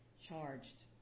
charged